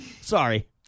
Sorry